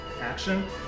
action